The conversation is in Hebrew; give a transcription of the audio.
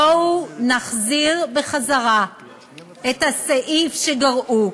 בואו נחזיר את הסעיף שגרעו.